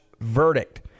verdict